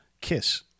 Kiss